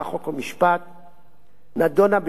נדונה ביום כ"ד באדר תשס"א,